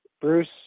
bruce